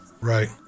Right